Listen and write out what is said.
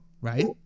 right